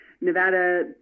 Nevada